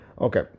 Okay